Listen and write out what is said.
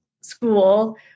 school